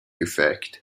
effect